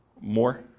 More